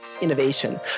innovation